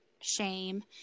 shame